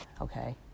okay